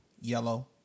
yellow